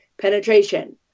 penetration